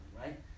right